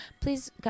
Please